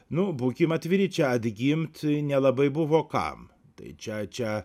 nu būkim atviri čia atgimt nelabai buvo kam tai čia čia